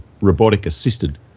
robotic-assisted